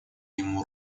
ему